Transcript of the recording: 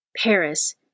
Paris